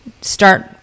start